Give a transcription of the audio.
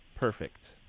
Perfect